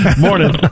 Morning